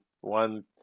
one